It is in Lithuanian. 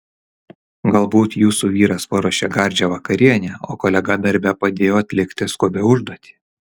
galbūt jūsų vyras paruošė gardžią vakarienę o kolega darbe padėjo atlikti skubią užduotį